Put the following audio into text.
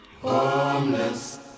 Homeless